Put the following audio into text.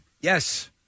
Yes